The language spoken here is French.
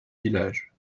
village